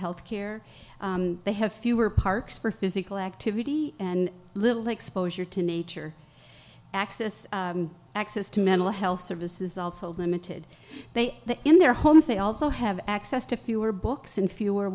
health care they have fewer parks for physical activity and little exposure to nature access access to mental health services also limited they that in their homes they also have access to fewer books and fewer